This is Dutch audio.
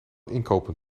inkopen